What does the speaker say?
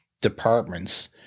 departments